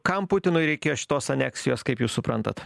kam putinui reikėjo šitos aneksijos kaip jūs suprantat